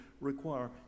require